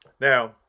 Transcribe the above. Now